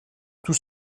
tout